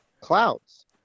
clouds